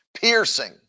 piercing